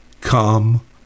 come